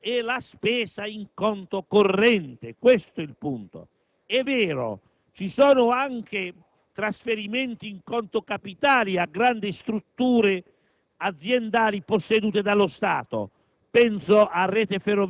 è che ciò che aumenta è la spesa in conto corrente; questo è il punto. È vero, ci sono anche trasferimenti in conto capitale a grandi strutture